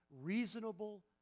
reasonable